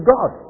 God